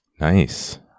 nice